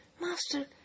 Master